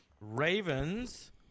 Ravens